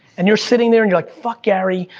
and you're sitting there and you're like, fuck gary,